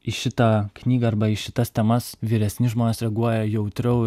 į šitą knygą arba į šitas temas vyresni žmonės reaguoja jautriau